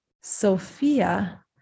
Sophia